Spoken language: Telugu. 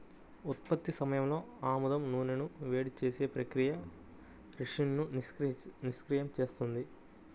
ఉత్పత్తి సమయంలో ఆముదం నూనెను వేడి చేసే ప్రక్రియ రిసిన్ను నిష్క్రియం చేస్తుంది